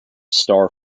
star